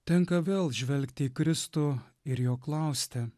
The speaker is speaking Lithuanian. tenka vėl žvelgti į kristų ir jo klausti